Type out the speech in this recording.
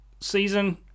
season